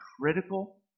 critical